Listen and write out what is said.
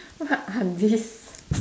what are these